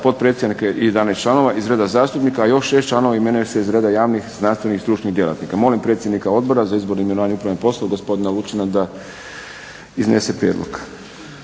potpredsjednika i 11 članova iz reda zastupnika, a još 6 članova imenuje se iz reda javnih, znanstvenih i stručnih djelatnika. Molim predsjednika Odbora za izbor i imenovanje i upravne poslove gospodina Lučina da iznese prijedlog.